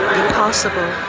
impossible